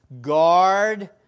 Guard